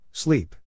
Sleep